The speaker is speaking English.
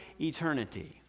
eternity